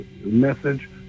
message